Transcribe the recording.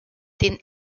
den